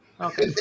Okay